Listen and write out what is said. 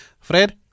Fred